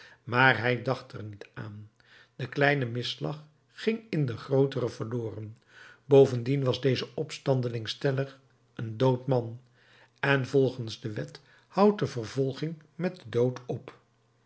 maar hij dacht er niet aan de kleinere misslag ging in den grooteren verloren bovendien was deze opstandeling stellig een dood man en volgens de wet houdt de vervolging met den dood op